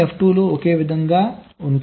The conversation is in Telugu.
FF1F2 లు ఒకేలా ఉంటాయి